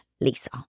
Lisa